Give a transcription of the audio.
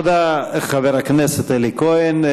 תודה, חבר הכנסת אלי כהן.